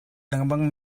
lengmang